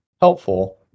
helpful